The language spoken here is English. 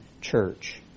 church